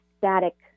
static